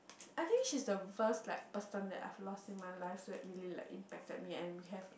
I think she's the first like person that I've lost in my life so that really like impacted me and we have